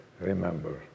remember